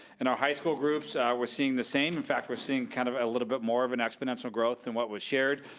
in our high school groups we're seeing the same, in fact we're seeing kind of a little bit more of an exponential growth than what was shared,